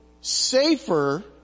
safer